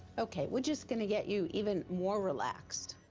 okay. we're just gonna get you even more relaxed.